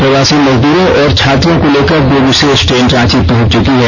प्रवासी मजदूरों और छात्रों को लेकर दो विषेष ट्रेन रांची पहुंच चुकी है